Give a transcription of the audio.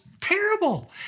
terrible